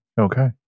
Okay